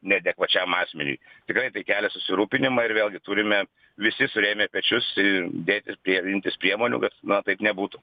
neadekvačiam asmeniui tikrai tai kelia susirūpinimą ir vėlgi turime visi surėmę pečius i dėtis prie imtis priemonių kad na taip nebūtų